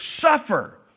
suffer